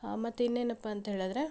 ಮತ್ತು ಇನ್ನೇನಪ್ಪಾ ಅಂಥೇಳಿದ್ರೆ